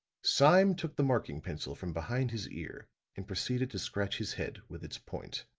sime took the marking pencil from behind his ear and proceeded to scratch his head with its point.